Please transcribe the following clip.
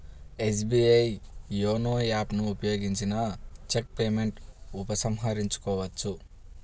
SBI YONO app ను ఉపయోగించిన cheque payment ఉపసంహరించుకోవచ్చు